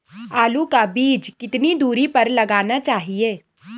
आलू का बीज कितनी दूरी पर लगाना चाहिए?